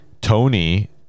Tony